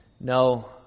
No